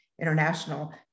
International